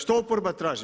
Što oporba traži?